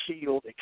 sealed